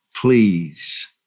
Please